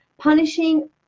Punishing